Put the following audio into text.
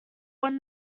when